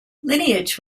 lineage